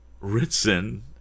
Ritson